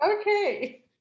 Okay